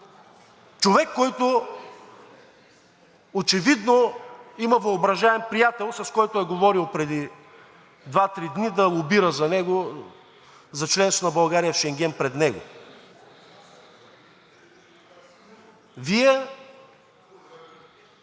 Човек, който очевидно има въображаем приятел, с който е говорил преди 2 – 3 дни, да лобира за членството на България в Шенген пред него. Вие